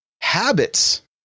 Habits